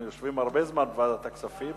אנחנו יושבים הרבה זמן בוועדת הכספים.